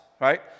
right